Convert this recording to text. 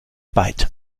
byte